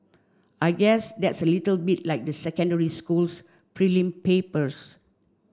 I guess that's a bit like the secondary school's prelim papers